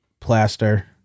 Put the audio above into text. plaster